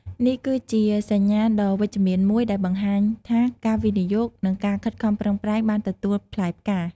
នេះគឺជាសញ្ញាណដ៏វិជ្ជមានមួយដែលបង្ហាញថាការវិនិយោគ និងការខិតខំប្រឹងប្រែងបានទទួលផ្លែផ្កា។